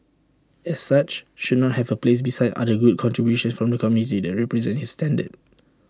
as such should not have A place beside other good contributions from the community that represent his standard